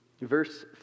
Verse